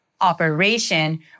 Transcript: operation